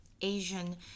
Asian